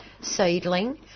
seedling